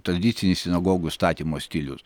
tradicinis sinagogų statymo stilius